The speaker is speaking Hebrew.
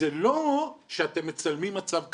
זה לא שאתם מצלמים מצב קיים.